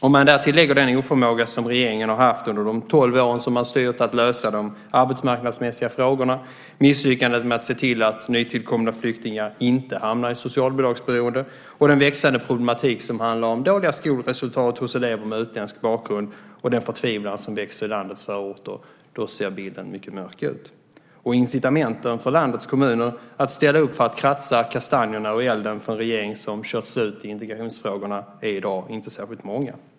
Om man därtill lägger den oförmåga att lösa de arbetsmarknadsmässiga frågorna som regeringen har haft under de tolv år man har styrt, misslyckandet med att se till att nytillkomna flyktingar inte hamnar i socialbidragsberoende, den växande problematik som handlar om dåliga skolresultat hos elever med utländsk bakgrund och den förtvivlan som växer i landets förorter ser bilden mycket mörk ut. Och incitamenten för landets kommuner att ställa upp för att kratsa kastanjerna ur elden åt en regering som körts slut i integrationsfrågorna är i dag inte särskilt många.